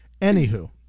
Anywho